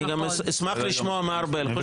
אני גם אשמח לשמוע מה ארבל חושבת.